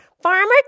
Farmer